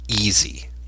easy